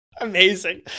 amazing